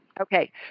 Okay